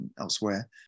elsewhere